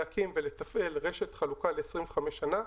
להקים ולתפעל רשת חלוקה ל-25 שנה.